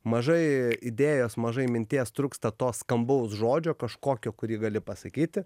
mažai idėjos mažai minties trūksta to skambaus žodžio kažkokio kurį gali pasakyti